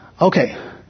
Okay